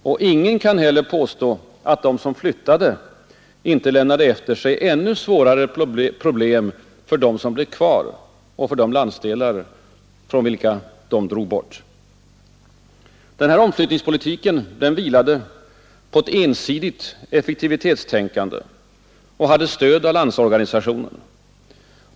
Och ingen kan heller påstå att de som flyttade inte lämnade efter sig ännu svårare problem för dem som blev kvar och för de landsdelar från vilka de drog bort. Denna omflyttningspolitik, vilande på ett ensidigt effektivitetstänkande, hade stöd av Landsorganisationen.